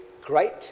great